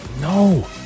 No